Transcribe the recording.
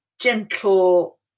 gentle